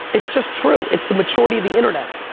it's just true, it's the majority of the internet,